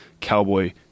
Cowboy